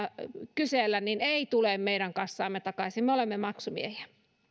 kysellä niin eivät tule meidän kassaamme takaisin me olemme maksumiehiä